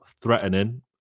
threatening